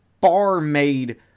barmaid